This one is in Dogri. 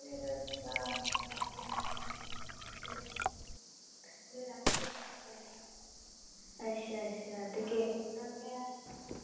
अच्छा अच्छा ते केह्